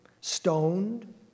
stoned